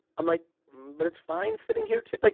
i'm like but it's fine sitting here too. like